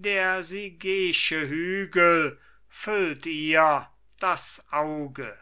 der sigeische hügel füllt ihr das auge